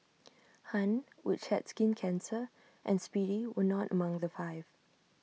han which had skin cancer and speedy were not among the five